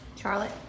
Charlotte